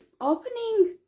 opening